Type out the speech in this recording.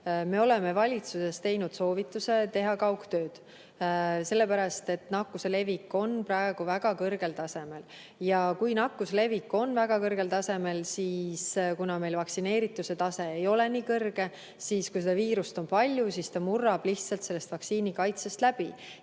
Me oleme valitsuses andnud soovituse teha kaugtööd, sellepärast et nakkuse levik on praegu väga kõrgel tasemel. Kui nakkuse levik on väga kõrgel tasemel, siis, kuna meil vaktsineerituse tase ei ole väga kõrge ja kuna viirust on palju, siis ta murrab lihtsalt vaktsiinikaitsest läbi.